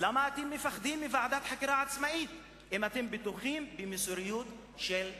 למה אתם מפחדים מוועדת חקירה עצמאית אם אתם בטוחים במוסריות של צה"ל?